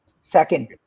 Second